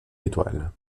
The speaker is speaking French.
étoile